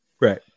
Right